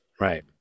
Right